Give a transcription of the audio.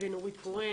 ונורית קורן.